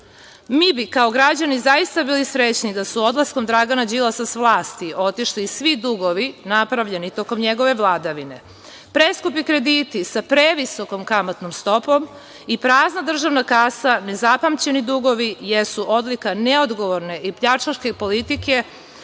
bi, kao građani, zaista bili srećni da su odlaskom Dragana Đilasa sa vlasti otišli i svi dugovi napravljeni tokom njegove vladavine, preskupi krediti sa previsokom kamatnom stopom i prazna državna kasa, nezapamćeni dugovi, jesu odlika neodgovorne i pljačkaške politike